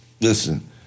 Listen